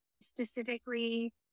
specifically